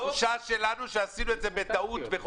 התחושה שלנו שעשינו טעות.